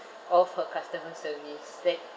of her customer service that